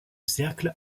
cercle